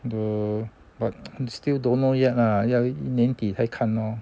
the but still don't know yet lah 要年底才看咯